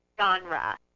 genre